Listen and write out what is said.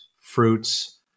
fruits